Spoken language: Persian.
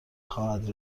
خواهد